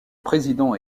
président